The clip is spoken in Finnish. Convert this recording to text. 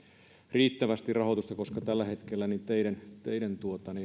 riittävästi rahoitusta koska tällä hetkellä teiden teiden